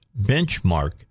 benchmark